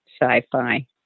sci-fi